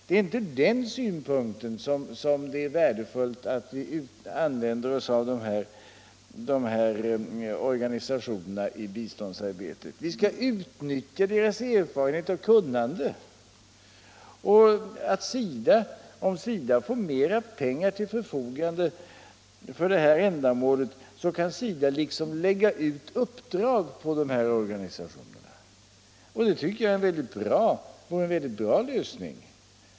Det är inte från den synpunkten som det är värdefullt att vi använder organisationerna i biståndsarbetet, utan vi skall utnyttja dem för deras erfarenhet och kunnande. Om SIDA får mera pengar till förfogande för det här ändamålet, kan SIDA liksom lägga ut uppdrag på organisationerna, och det tycker jag vore en väldigt bra lösning.